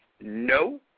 No